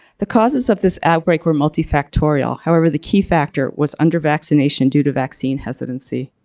the causes of this outbreak were multifactorial, however, the key factor was under-vaccination due to vaccine hesitancy.